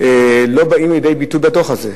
לא באים לידי ביטוי בדוח הזה,